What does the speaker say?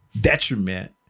detriment